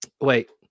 wait